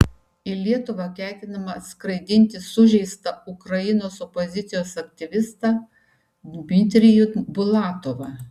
į lietuvą ketinama atskraidinti sužeistą ukrainos opozicijos aktyvistą dmitrijų bulatovą